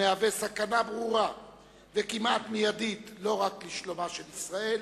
המהווה סכנה ברורה וכמעט מיידית לא רק לשלומה של ישראל,